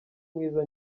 mwiza